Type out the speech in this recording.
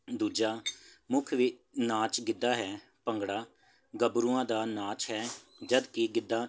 ਦੂਜਾ ਮੁੱਖ ਵੀ ਨਾਚ ਗਿੱਧਾ ਹੈ ਭੰਗੜਾ ਗਭਰੂਆਂ ਦਾ ਨਾਚ ਹੈ ਜਦ ਕਿ ਗਿੱਧਾ